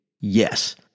Yes